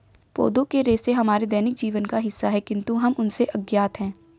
पौधों के रेशे हमारे दैनिक जीवन का हिस्सा है, किंतु हम उनसे अज्ञात हैं